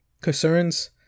concerns